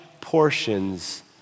portions